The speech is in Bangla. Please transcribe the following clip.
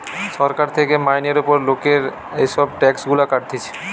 সরকার থেকে মাইনের উপর লোকের এসব ট্যাক্স গুলা কাটতিছে